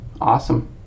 Awesome